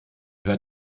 hört